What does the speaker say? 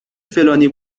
فلانی